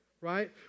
right